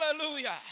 Hallelujah